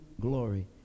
glory